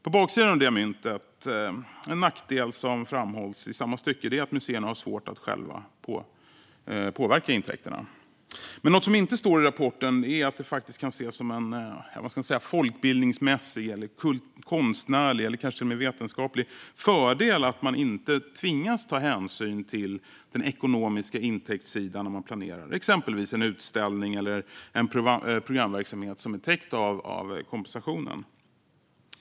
På baksidan av det myntet finns en nackdel som framhålls i samma stycke: museerna har svårt att själva påverka intäkterna. Något som inte står i rapporten är att det faktiskt kan ses som en folkbildningsmässig, konstnärlig eller kanske mer vetenskaplig fördel att man inte tvingas ta hänsyn till den ekonomiska intäktssidan när man planerar exempelvis en utställning eller en programverksamhet som täcks av kompensationen.